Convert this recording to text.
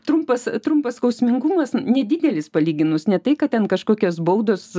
trumpas trumpas skausmingumas nedidelis palyginus ne tai kad ten kažkokios baudos